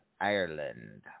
Ireland